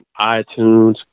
iTunes